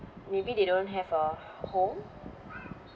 maybe they don't have a home